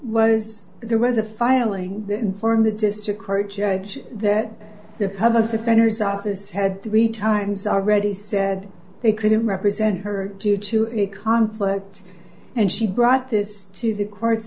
was there was a filing form the district court judge that the public defender's office had three times already said they couldn't represent her due to conflicts and she brought this to the court